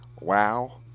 wow